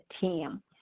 team